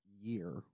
year